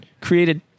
created